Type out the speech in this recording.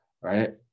right